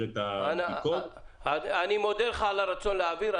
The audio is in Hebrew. את הבדיקות --- אני מודה לך על הרצון להעביר.